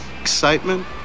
excitement